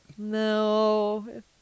No